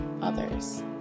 others